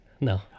No